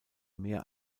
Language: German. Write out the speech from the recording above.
mehr